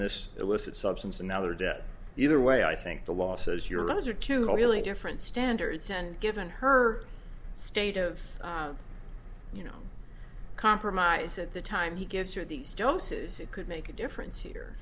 this illicit substance and now they're dead either way i think the law says your lungs are two different standards and given her state of you know compromise at the time he gives her these doses it could make a difference here